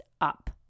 up